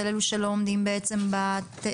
אלו שלא עומדים בעצם בתקינה.